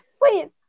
Wait